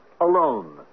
alone